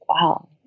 Wow